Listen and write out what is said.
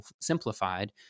simplified